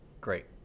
Great